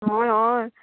हय हय